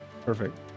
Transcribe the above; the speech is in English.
perfect